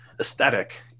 aesthetic